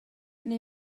neu